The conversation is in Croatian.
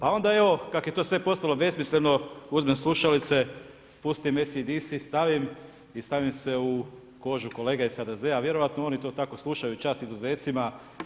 A onda evo, kako je sve to postalo besmisleno, uzmem slušalice, pustim AC-DC stavim i stavim se u kožu kolege iz HDZ-a, vjerojatno oni to tako slušaju, čast izuzecima.